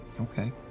Okay